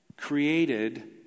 Created